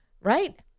Right